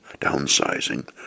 downsizing